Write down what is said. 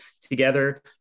together